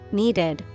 needed